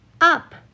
Up